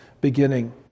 beginning